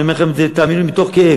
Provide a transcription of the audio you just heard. אני אומר לכם את זה, תאמינו לי, מתוך כאב.